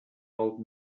old